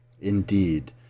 Indeed